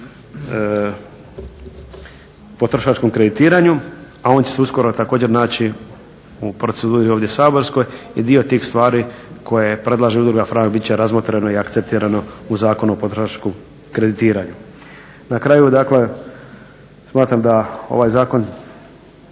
potrošačkom kreditiranju a on će se uskoro također naći u proceduri ovdje saborskoj i dio tih stvari koje predlaže udruga Franak biti će razmotreno i akceptirano u Zakonu o potrošačkom kreditiranju. Na kraju dakle smatram da ovaj zakon